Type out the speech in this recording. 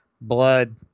Blood